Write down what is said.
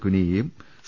കുനിയയും C